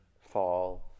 fall